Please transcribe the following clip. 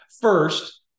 First